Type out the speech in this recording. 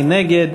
מי נגד?